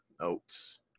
Notes